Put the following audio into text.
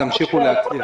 תמשיכו להצליח.